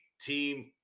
team